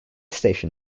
station